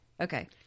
Okay